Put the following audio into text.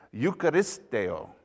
Eucharisteo